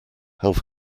health